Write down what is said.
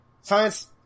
Science